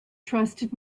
trusted